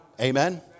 Amen